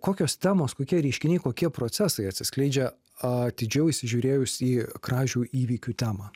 kokios temos kokie reiškiniai kokie procesai atsiskleidžia atidžiau įsižiūrėjus į kražių įvykių temą